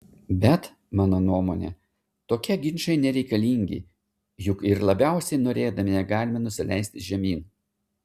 bet mano nuomone tokie ginčai nereikalingi juk ir labiausiai norėdami negalime nusileisti žemyn